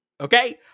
Okay